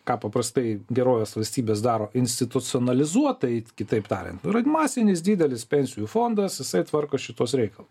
ką paprastai gerovės valstybės daro institucionalizuotai kitaip tariant yra masinis didelis pensijų fondas jisai tvarko šituos reikalus